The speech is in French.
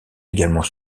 également